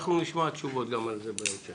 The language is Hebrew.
אנחנו נשמע תשובות גם על זה בהמשך.